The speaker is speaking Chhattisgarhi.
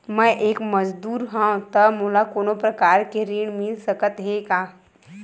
मैं एक मजदूर हंव त मोला कोनो प्रकार के ऋण मिल सकत हे का?